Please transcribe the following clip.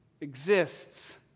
exists